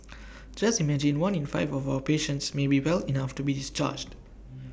just imagine one in five of our patients may be well enough to be discharged